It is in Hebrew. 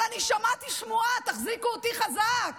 אבל אני שמעתי שמועה, תחזיקו אותי חזק,